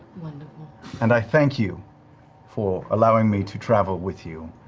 and i thank you for allowing me to travel with you,